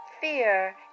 Fear